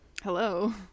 hello